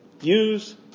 use